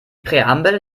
präambel